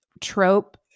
trope